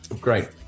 great